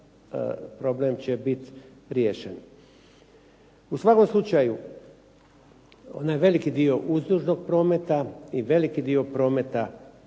problem će biti riješen. U svakom slučaju, onaj veliki dio uzdužnog prometa i veliki dio prometa